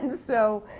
and so,